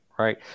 Right